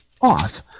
off